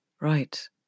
Right